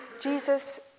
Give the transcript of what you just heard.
Jesus